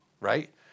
right